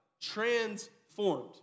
Transformed